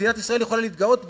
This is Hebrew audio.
מדינת ישראל יכולה להתגאות בו,